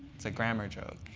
it's a grammar joke.